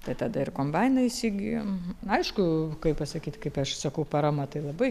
tai tada ir kombainą įsigijom aišku kaip pasakyt kaip aš sakau parama tai labai